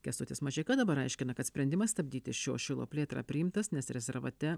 kęstutis mažeika dabar aiškina kad sprendimas stabdyti šio šilo plėtrą priimtas nes rezervate